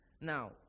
Now